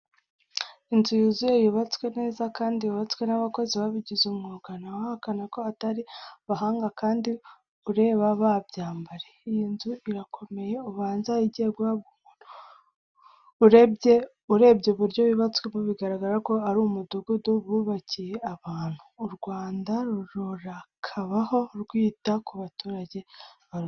Inzu yuzuye yubatswe neza, kandi yubatswe n'abakozi babigize umwuga ntawahakana ko atari abahanga kandi ureba babyambariye. Iyi nzu irakomeye ubanza igiye guhabwa umuntu, urebye uburyo yubatswemo biragara ko ari umudugudu bubakiye abantu. U Rwanda rurakabaho rwita ku baturage barutuye.